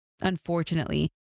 Unfortunately